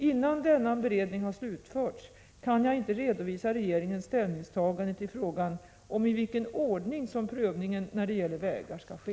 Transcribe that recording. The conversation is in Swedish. Innan denna beredning har slutförts kan jag inte redovisa regeringens ställningstagande till frågan i vilken ordning som prövningen när det gäller vägar skall ske.